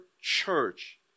church